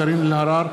קארין אלהרר,